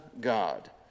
God